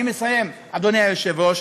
אני מסיים, אדוני היושב-ראש.